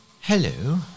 hello